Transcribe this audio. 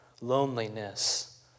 loneliness